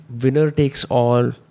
winner-takes-all